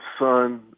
son